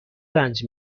رنج